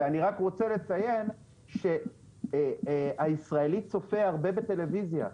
אני רוצה לציין שהישראלי צופה הרבה בטלוויזיה,